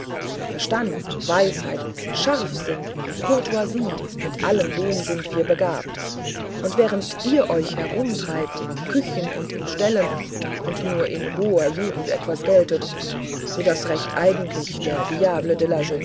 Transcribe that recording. verstand weisheit scharfsinn courtoisie mit allem dem sind wir begabt und während ihr euch herumtreibt in küchen und in ställen und nur in hoher jugend etwas geltet so daß recht eigentlich der